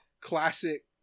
classic